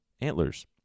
antlers